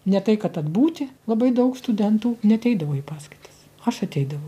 ne tai kad atbūti labai daug studentų neateidavo į paskaitas aš ateidavau